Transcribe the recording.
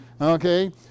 Okay